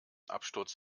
absturz